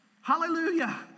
Hallelujah